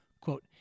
Quote